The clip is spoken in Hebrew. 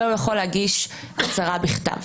והוא יכול להגיש הצהרה בכתב.